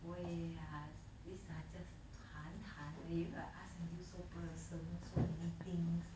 wei ah these are just 谈谈 you go and ask until so personal so many things